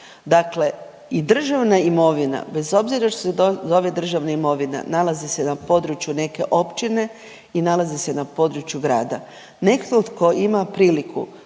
Dakle i državna imovina bez obzira što se zove državna imovina nalazi se na području neke općine i nalazi se na području grada. Netko tko ima priliku